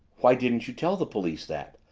why didn't you tell the police that?